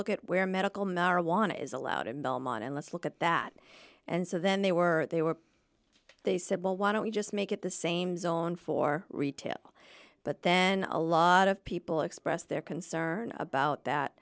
look at where medical marijuana is allowed in belmont and let's look at that and so then they were they were they said well why don't we just make it the same zone for retail but then a lot of people expressed their concern about that